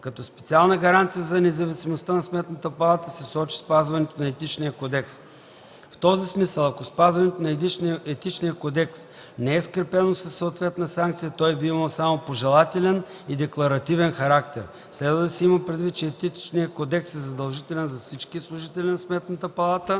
Като специална гаранция за независимостта на Сметната палата се сочи спазването на Етичния кодекс. В този смисъл ако спазването на Етичния кодекс не е скрепено със съответна санкция, той би имал само пожелателен и декларативен характер. Следва да се има предвид, че Етичният кодекс е задължителен за всички служители на Сметната палата